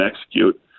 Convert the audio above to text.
execute